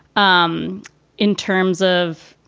um in terms of,